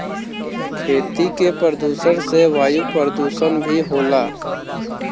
खेती के प्रदुषण से वायु परदुसन भी होला